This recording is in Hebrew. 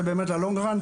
כי זה ל-long run,